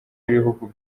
y’ibihugu